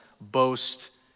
boast